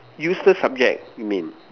useless subject mean